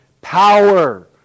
power